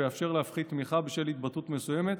ולאפשר להפחית תמיכה בשל התבטאות מסוימת,